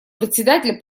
председателя